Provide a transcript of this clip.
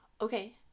Okay